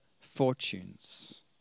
fortunes